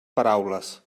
paraules